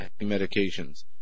medications